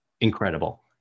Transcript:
incredible